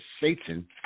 Satan